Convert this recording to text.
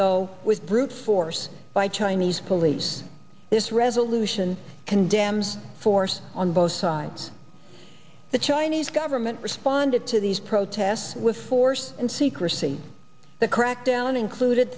though with brute force by chinese police this resolution condemns force on both sides the chinese government responded to these protests with force and secrecy the crackdown included